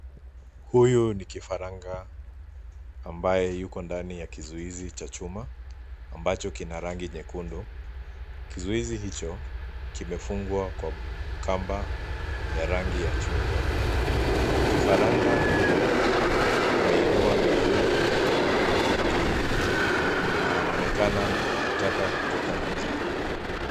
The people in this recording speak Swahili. Huyu ni kifaranga ambaye yuko katika kizuizi cha chuma ambacho kina rangi nyekundu. Kizuizi hicho kimefungwa kwa kamba ya rangi ya chungwa. Kifaranga huyo ameinua miguu yake juu na anaonekana kutaka kutoka nje.